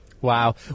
Wow